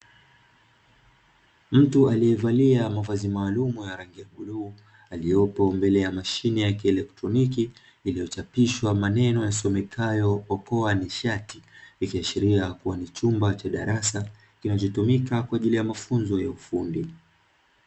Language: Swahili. Mtu aliyevalia mavazi maalumu ya rangi ya bluu, aliyepo mbele ya mashine ya kielektroniki, iliyochapishwa maneno yasomekayo "okoa nishati", ikiashiria kuwa ni chumba cha darasa kinachotumika kwa ajili ya mafunzo ya ufundi.